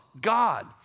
God